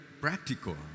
practical